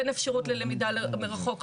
אין אפשרות ללמידה מרחוק,